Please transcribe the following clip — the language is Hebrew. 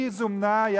היא זומנה,